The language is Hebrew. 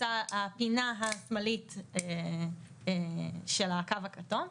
הפינה השמאלית של הקו הכתום,